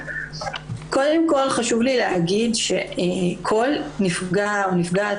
קודם כל חשוב לי להגיד שכל נפגע או נפגעת